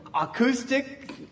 acoustic